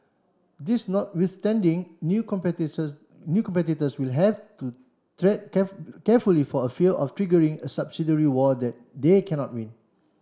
this notwithstanding new new competitors will have to tread careful carefully for a fear of triggering a subsidary war that they cannot win